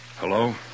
Hello